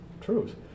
truth